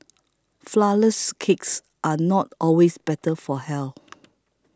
Flourless Cakes are not always better for health